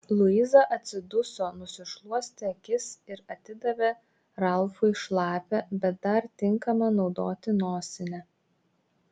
luiza atsiduso nusišluostė akis ir atidavė ralfui šlapią bet dar tinkamą naudoti nosinę